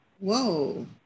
whoa